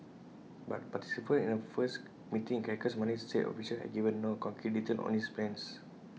but participants in A first meeting in Caracas Monday said officials had given no concrete details on its plans